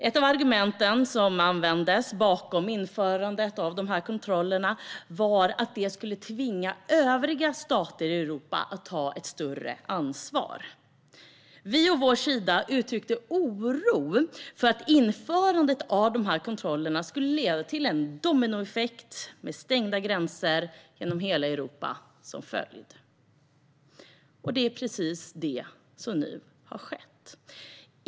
Ett av argumenten som användes för införandet av kontrollerna var att det skulle tvinga övriga stater i Europa att ta ett större ansvar. Vi å vår sida uttryckte oro för att införandet av kontrollerna skulle leda till en dominoeffekt med stängda gränser genom hela Europa som följd. Det är precis det som nu har skett.